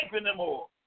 anymore